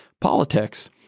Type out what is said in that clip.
politics